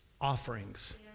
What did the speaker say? offerings